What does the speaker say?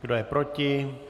Kdo je proti?